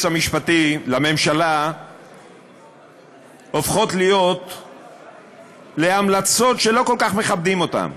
המשפטי לממשלה הופכות להיות המלצות שלא כל כך מכבדים אותן.